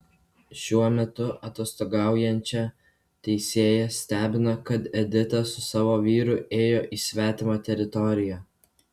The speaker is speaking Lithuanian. šiuo metu atostogaujančią teisėją stebina kad edita su savo vyru ėjo į svetimą teritoriją